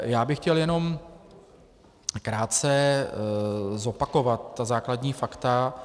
Já bych chtěl jenom krátce zopakovat ta základní fakta.